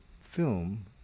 film